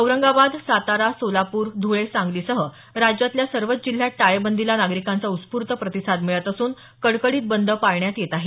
औरंगाबाद सातारा सोलापूर धुळे सांगलीसह राज्यातल्या सर्वच जिल्ह्यांत टाळेबंदीला नागरीकांचा उस्फूर्त प्रतिसाद मिळत असून कडकडीत बंद पाळण्यात येत आहे